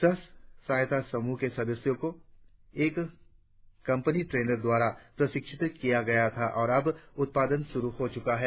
सह सहायता समूह के सदस्यों को एक कंपनी ट्रेनर द्वारा प्रशिक्षित किया गया था और अब उत्पादन शुरु हो चुका है